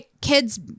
kids